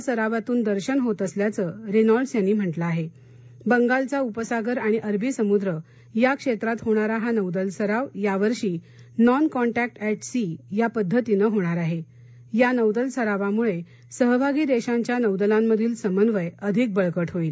या सरावातून दर्शन होत असल्याचं रस्तिल्ड्स यांनी म्हंटल आह विगालचा उपसागर आणि अरबी समुद्र या क्षक्रीत होणारा हा नौदल सराव या वर्षी नॉन कॉन्टॅक्ट एट सी या पद्धतीनव्रिणार आहा आ नौदल सरावामुळ अिहभागी दर्शाच्या नौदालांमधील समन्वय अधिक बळकट होईल